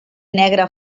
negre